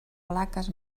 plaques